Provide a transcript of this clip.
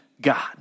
God